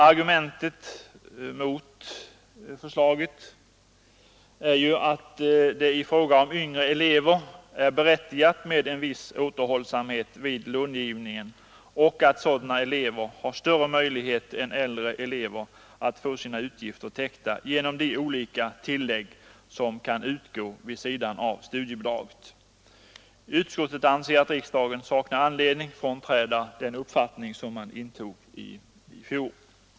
Argument mot förslaget är bl.a. att det i fråga om yngre elever är berättigat med en viss återhållsamhet vid långivningen och att sådana elever har större möjlighet än äldre elever att få sina utgifter täckta genom de olika tillägg som kan utgå vid sidan av studiebidraget. Utskottet anser att riksdagen saknar anledning frånträda denna uppfattning.